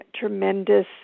tremendous